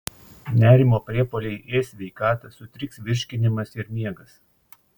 nerimo priepuoliai ės sveikatą sutriks virškinimas ir miegas